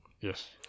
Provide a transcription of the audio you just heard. yes